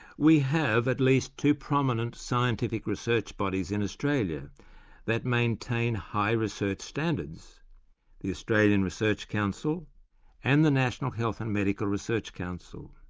we have at least two prominent scientific research bodies in australia that maintain high research standards the australian research council and the national health and medical research council.